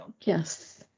Yes